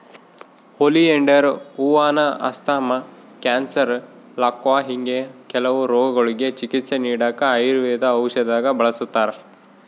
oleander ಹೂವಾನ asthma, cancer, ಲಕ್ವಾ ಹಿಂಗೆ ಕೆಲವು ರೋಗಗುಳ್ಗೆ ಚಿಕಿತ್ಸೆ ನೀಡಾಕ ಆಯುರ್ವೇದ ಔಷದ್ದಾಗ ಬಳುಸ್ತಾರ